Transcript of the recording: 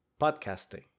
Podcasting